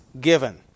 given